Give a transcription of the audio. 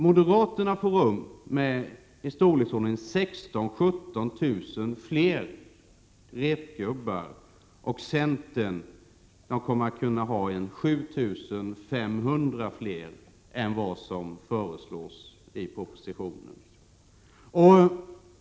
Moderaterna får rum med i storleksordningen 16 000 17 000 fler repgubbar, och centern kan ha ungefär 7 500 fler än vad som föreslås i propositionen.